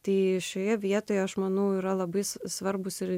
tai šioje vietoje aš manau yra labai svarbūs ir